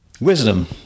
Wisdom